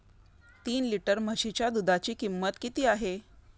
तीन लिटर म्हशीच्या दुधाची किंमत किती आहे?